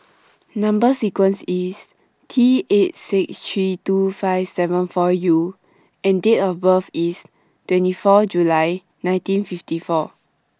Number sequence IS T eight six three two five seven four U and Date of birth IS twenty four July nineteen fifty four